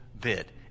bit